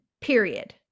period